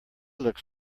looked